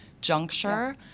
juncture